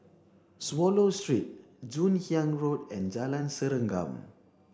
Swallow Street Joon Hiang Road and Jalan Serengam